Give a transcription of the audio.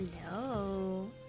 Hello